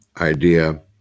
idea